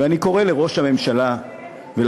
ואני קורא לראש הממשלה ולכם,